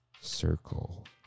Circle